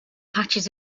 patches